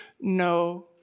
No